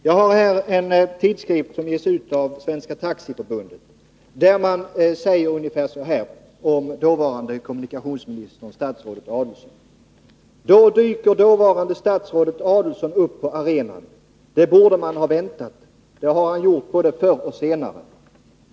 Jag har här en tidskrift som ges ut av Svenska taxiförbundet och där sägs följande om dåvarande kommunikationsministern och statsrådet Adelsohn: ”Då dyker dåvarande statsrådet Adelsohn upp på arenan. Det borde man ha väntat, det har han gjort både förr och senare.